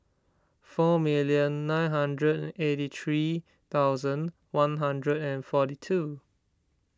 four million nine hundred and eighty three thousand one hundred and forty two